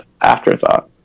afterthought